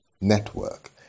network